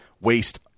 waste